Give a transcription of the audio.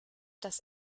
dass